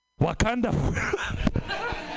Wakanda